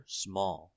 small